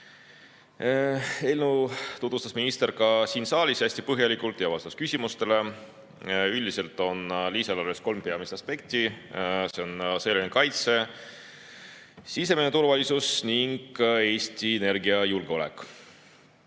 Eelnõu tutvustas minister ka siin saalis hästi põhjalikult ja vastas küsimustele. Üldiselt on lisaeelarves kolm peamist aspekti. Need on sõjaline kaitse, sisemine turvalisus ning Eesti energiajulgeolek.